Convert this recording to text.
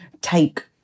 take